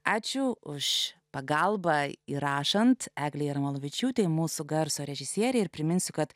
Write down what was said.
ačiū už pagalbą įrašant eglė jarmolavičiūtė mūsų garso režisierė ir priminsiu kad